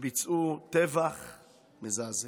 וביצעו טבח מזעזע.